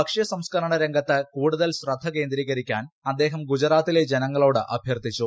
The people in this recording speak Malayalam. ഭക്ഷ്യ സംസ്കരണ രംഗത്ത് കൂടുതൽ ശ്രദ്ധ കേന്ദ്രീകരിക്കാൻ അദ്ദേഹം ഗുജറാത്തിലെ ജനങ്ങളോട് അഭ്യർത്ഥിച്ചു